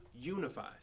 unifies